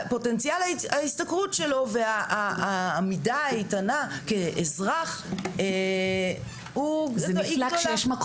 פוטנציאל ההשתכרות שלו והעמידה האיתנה כאזרח היא גדולה.